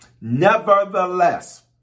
Nevertheless